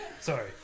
Sorry